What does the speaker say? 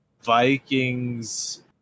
Vikings